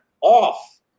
off